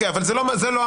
אבל זה לא המסה.